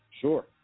Sure